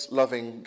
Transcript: loving